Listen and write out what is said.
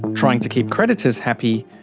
trying to keep creditors happy,